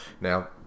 Now